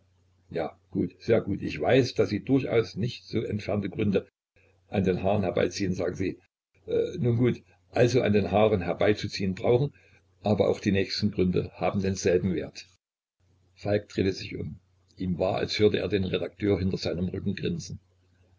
ja gut sehr gut ich weiß daß sie durchaus nicht so entfernte gründe an den haaren herbeiziehen sagen sie nun gut also an den haaren herbeizuziehen brauchen aber auch die nächsten gründe haben denselben wert falk drehte sich um ihm war als hörte er den redakteur hinter seinem rücken grinsen